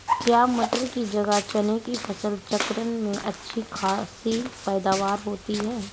क्या मटर की जगह चने की फसल चक्रण में अच्छी खासी पैदावार होती है?